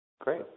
Great